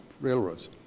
railroads